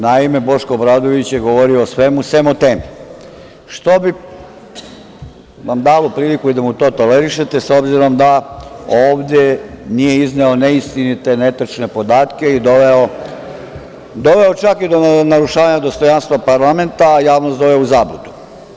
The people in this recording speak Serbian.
Naime, Boško Obradović je govorio o svemu, osim o temi, što bi vam dalo priliku da mu to tolerišete s obzirom da ovde nije izneo neistinite, netačne podatke, i doveo čak i do narušavanja dostojanstva parlamenta, a javnost doveo u zabludu.